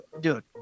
dude